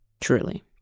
Truly